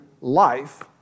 life